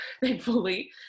thankfully